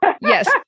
yes